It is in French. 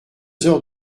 heures